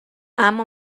اما